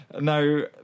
No